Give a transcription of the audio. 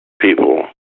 people